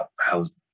how's